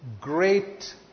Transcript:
great